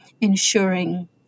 ensuring